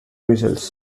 results